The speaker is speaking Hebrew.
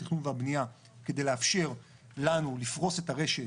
התכנון והבנייה כדי לאפשר לנו לפרוס את הרשת